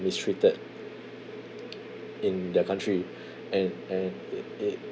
mistreated in their country and and it it